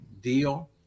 deal